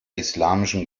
islamischen